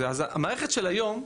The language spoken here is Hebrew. המערכת של היום,